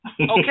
Okay